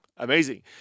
Amazing